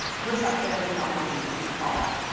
recessive and dominant genes and all that.